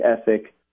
ethic